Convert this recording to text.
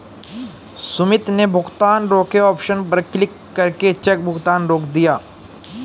सुमित ने भुगतान रोके ऑप्शन पर क्लिक करके चेक भुगतान रोक दिया